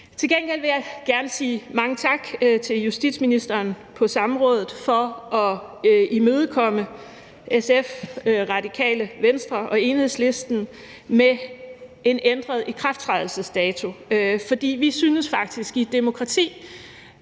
Til gengæld vil jeg gerne sige mange tak til justitsministeren for på samrådet at imødekomme SF, Radikale Venstre og Enhedslisten med en ændret ikrafttrædelsesdato. For vi synes faktisk, at det i et demokrati